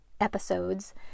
episodes